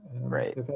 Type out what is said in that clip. Right